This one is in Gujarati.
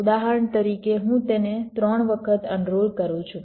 ઉદાહરણ તરીકે હું તેને 3 વખત અનરોલ કરું છું